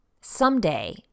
Someday